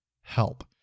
help